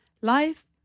life